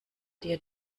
dir